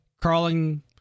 crawling